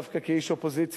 דווקא כאיש אופוזיציה,